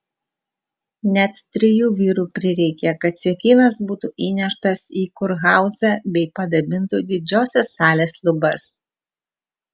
net trijų vyrų prireikė kad sietynas būtų įneštas į kurhauzą bei padabintų didžiosios salės lubas